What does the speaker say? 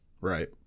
right